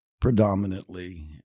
Predominantly